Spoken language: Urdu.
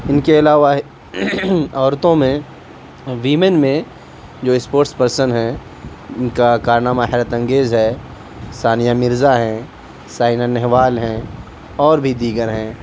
ان کے علاوہ عورتوں میں ویمن میں جو اسپورٹس پرسن ہیں ان کا کارنامہ حیرت انگیز ہے ثانیہ مرزا ہیں سائنا نہوال ہیں اور بھی دیگر ہیں